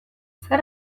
zer